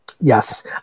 Yes